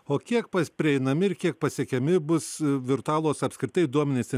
o kiek pas prieinami ir kiek pasiekiami bus virtualūs apskritai duomenys